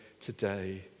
today